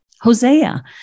Hosea